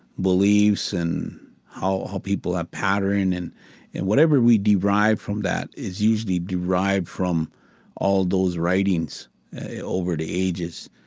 beliefs and how how people have patterned and and whatever we derived from that is usually derived from all those writings over the ages,